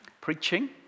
preaching